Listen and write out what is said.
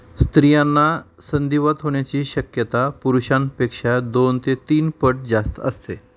स्त्रियांना संधिवात होण्याची शक्यता पुरुषांपेक्षा दोन ते तीन पट जास्त असते